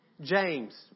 James